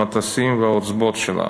המטוסים והעוצבות שלה.